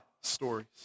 stories